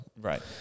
Right